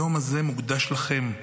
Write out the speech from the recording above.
היום הזה מוקדש לכם,